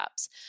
apps